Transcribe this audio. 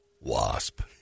Wasp